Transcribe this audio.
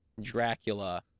Dracula